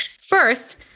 First